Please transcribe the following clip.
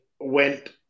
went